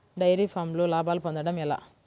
Dairy ఫామ్లో లాభాలు పొందడం ఎలా?